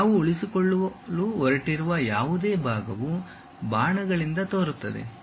ನಾವು ಉಳಿಸಿಕೊಳ್ಳಲು ಹೊರಟಿರುವ ಯಾವುದೇ ಭಾಗವು ಬಾಣಗಳಿಂದ ತೋರುತ್ತದೆ